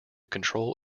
control